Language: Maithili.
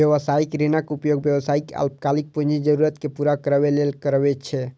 व्यावसायिक ऋणक उपयोग व्यवसायी अल्पकालिक पूंजी जरूरत कें पूरा करै लेल करै छै